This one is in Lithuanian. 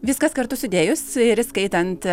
viskas kartu sudėjus ir įskaitant